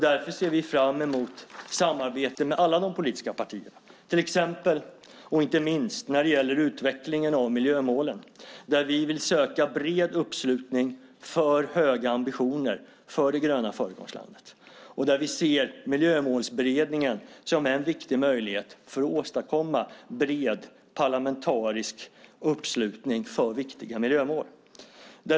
Därför ser vi fram emot ett samarbete med alla de politiska partierna, inte minst när det gäller utvecklingen av miljömålen. Där vill vi söka bred uppslutning kring höga ambitioner för det gröna föregångslandet. Vi ser Miljömålsberedningen som en viktig möjlighet för att åstadkomma en bred parlamentarisk uppslutning för viktiga miljömål.